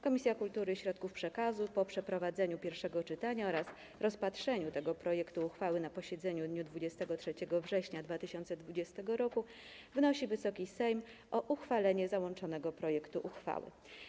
Komisja Kultury i Środków Przekazu po przeprowadzeniu pierwszego czytania oraz rozpatrzeniu tego projektu uchwały na posiedzeniu w dniu 23 września 2020 r. wnosi, by Wysoki Sejm uchwalił załączony projektu uchwały.